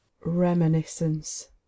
reminiscence